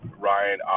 Ryan